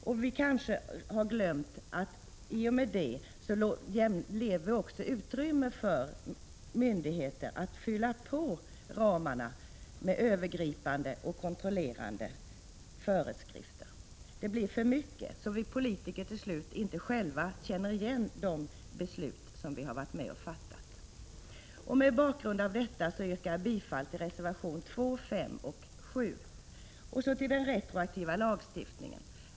Vi har då kanske glömt bort att det i och med detta lämnas utrymme för myndigheter att fylla på ramarna med övergripande och kontrollerande föreskrifter. Det blir för mycket, så att vi politiker till slut inte själva känner igen de beslut som vi varit med att fatta. Mot denna bakgrund yrkar jag bifall till reservationerna 2, 5 och 7. Så till den retroaktiva lagstiftningen.